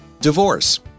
Divorce